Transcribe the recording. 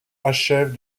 achève